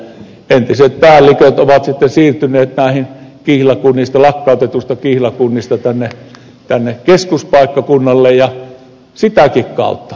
entiset päälliköt ovat siirtyneet vähin tila pudistelee ehdotusta tilapulmista lakkautetuista kihlakunnista keskuspaikkakunnille ja sitäkin kautta resursseja on siirtynyt